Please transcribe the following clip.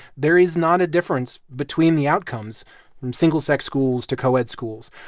there is not a difference between the outcomes from single-sex schools to coed schools.